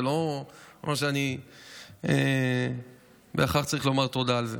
זה לא אומר שאני בהכרח צריך לומר תודה על זה,